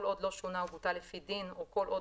כל עוד דלא שונה או בוטל לפי דין או כל עוד